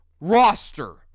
roster